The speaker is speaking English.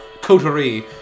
coterie